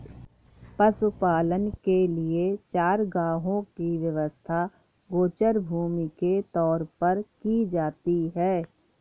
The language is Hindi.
पशुपालन के लिए चारागाहों की व्यवस्था गोचर भूमि के तौर पर की जाती है